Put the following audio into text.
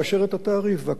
והכול נעשה בזמן קצר.